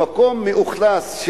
במקום מאוכלס,